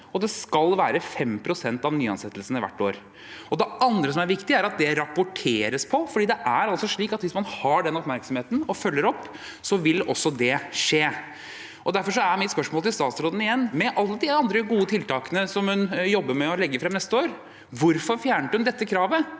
og det skal være 5 pst. av nyansettelsene hvert år. Det andre som er viktig, er at det rapporteres på, for det er slik at hvis man har den oppmerksomheten og følger opp, vil det også skje. Derfor er mitt spørsmål til statsråden igjen: Med alle de andre gode tiltakene som hun jobber med å legge frem neste år, hvorfor fjernet hun dette kravet